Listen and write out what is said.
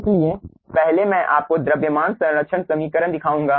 इसलिए पहले मैं आपको द्रव्यमान संरक्षण समीकरण दिखाऊंगा